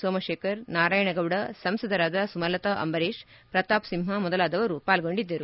ಸೋಮಶೇಖರ್ ನಾರಾಯಣಗೌಡ ಸಂಸದರಾದ ಸುಮಲತಾ ಅಂಬರೀಷ್ ಪ್ರತಾಪ್ ಸಿಂಹ ಮೊದಲಾದವರು ಪಾಲ್ಗೊಂಡಿದ್ದರು